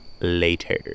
later